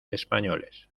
españoles